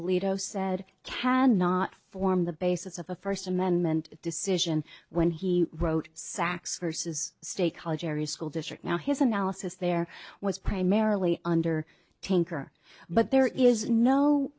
alito said cannot form the basis of a first amendment decision when he wrote sacks verses state college area school district now his analysis there was primarily under tinker but there is no